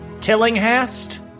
Tillinghast